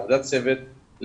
עבודת צוות,